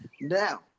Now